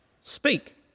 speak